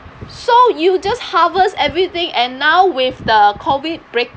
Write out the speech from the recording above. so you just harvest everything and now with the COVID break